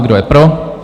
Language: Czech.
Kdo je pro?